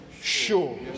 sure